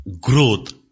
growth